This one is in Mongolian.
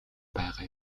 байгаа